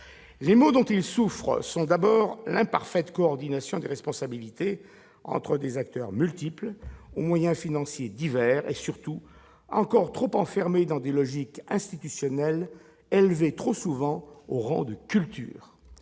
Les maux dont il souffre sont d'abord l'imparfaite coordination des responsabilités entre des acteurs multiples, aux moyens financiers divers et, surtout, encore trop enfermés dans des logiques institutionnelles trop souvent élevées au rang de « culture